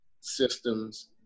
systems